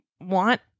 want